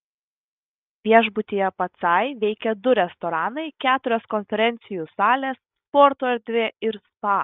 viešbutyje pacai veikia du restoranai keturios konferencijų salės sporto erdvė ir spa